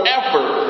effort